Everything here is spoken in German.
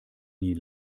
nie